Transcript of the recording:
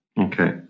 Okay